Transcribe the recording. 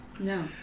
No